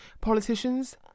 Politicians